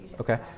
Okay